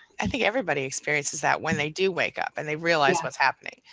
i think everybody experiences that when they do wake up and they realize what's happening.